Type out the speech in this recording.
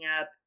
up